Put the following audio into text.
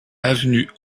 avenue